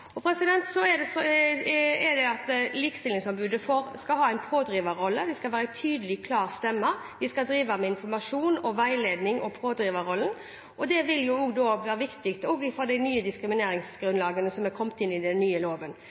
Likestillingsombudet skal ha en pådriverrolle. Vi skal være en tydelig, klar stemme, vi skal drive med informasjon og veiledning og pådriverrollen, og det vil også være viktig i forbindelse med de nye diskrimineringsgrunnlagene som er kommet inn i den nye loven.